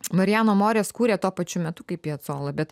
mariano morės kūrė tuo pačiu metu kaip piacolo bet